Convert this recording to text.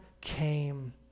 came